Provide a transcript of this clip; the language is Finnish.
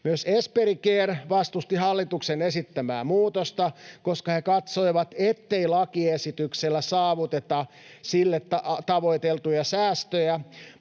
Myös Esperi Care vastusti hallituksen esittämää muutosta, koska he katsoivat, ettei lakiesityksellä saavuteta sille tavoiteltuja säästöjä,